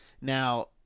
Now